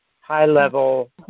high-level